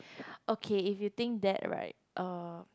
okay if you think that right uh